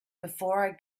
before